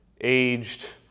aged